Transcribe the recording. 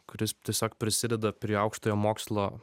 kuris tiesiog prisideda prie aukštojo mokslo